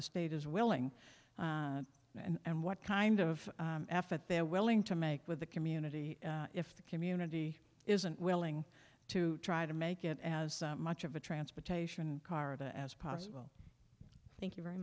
the state is willing and what kind of effort they're willing to make with the community if the community isn't willing to try to make it as much of a transportation car as possible thank you very